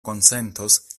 konsentos